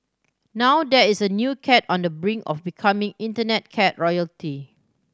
now there is a new cat on the brink of becoming Internet cat royalty